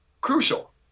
crucial